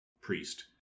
priest